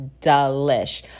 delish